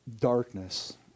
darkness